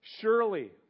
Surely